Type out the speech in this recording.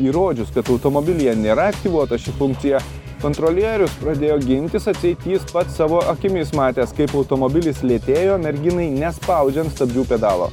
įrodžius kad automobilyje nėra aktyvuota ši funkcija kontrolierius pradėjo gintis atseit jis pats savo akimis matęs kaip automobilis lėtėjo merginai nespaudžiant stabdžių pedalo